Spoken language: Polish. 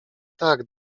tak